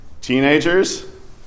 Teenagers